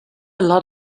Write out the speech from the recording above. lot